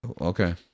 Okay